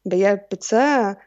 beje pica